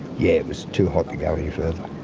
yeah it was too hot to go any further.